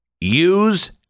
use